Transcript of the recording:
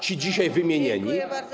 ci dzisiaj wymienieni.